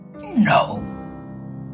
No